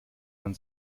man